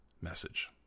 message